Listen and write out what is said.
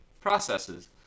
processes